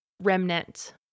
remnant